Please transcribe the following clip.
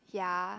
ya